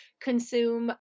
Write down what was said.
consume